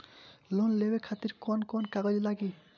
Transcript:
Loan लेवे खातिर कौन कौन कागज लागी?